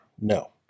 No